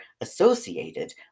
associated